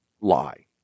lie